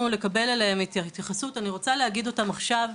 לקבל עליהם את התייחסות ואני רוצה להגיד אותם עכשיו,